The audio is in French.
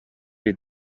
les